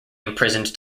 imprisoned